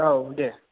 औ दे